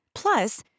Plus